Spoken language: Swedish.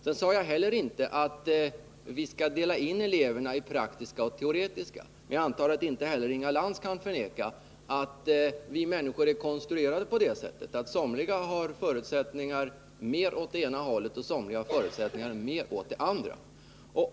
Sedan sade jag inte att vi skall dela in eleverna i praktiska och teoretiska, men jag antar att inte heller Inga Lantz kan förneka att vi människor är konstruerade på det sättet att somliga har förutsättningar mer åt det ena 33 hållet, somliga mer åt det andra.